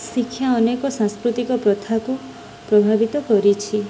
ଶିକ୍ଷା ଅନେକ ସାଂସ୍କୃତିକ ପ୍ରଥାକୁ ପ୍ରଭାବିତ କରିଛି